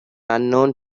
unknown